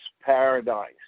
paradise